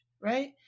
right